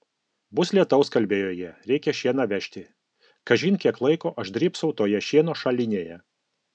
bus lietaus kalbėjo jie reikia šieną vežti kažin kiek laiko aš drybsau toje šieno šalinėje